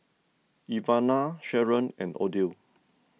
Ivana Sheron and Odell